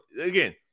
again